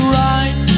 right